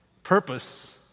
Purpose